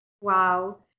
Wow